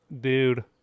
dude